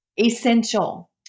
Essential